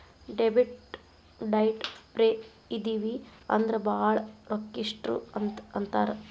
debit ಡೈಟ್ ಫ್ರೇ ಇದಿವಿ ಅಂದ್ರ ಭಾಳ್ ರೊಕ್ಕಿಷ್ಟ್ರು ಅಂತ್ ಅಂತಾರ